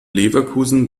leverkusen